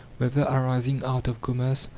whether arising out of commerce,